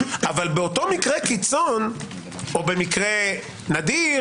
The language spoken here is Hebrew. אבל באותו מקרה קיצון או נדיר,